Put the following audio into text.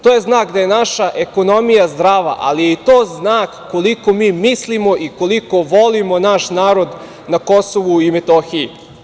To je znak da je naša ekonomija zdrava, ali je to i znak koliko mi mislimo i koliko volimo naš narod na Kosovu i Metohiji.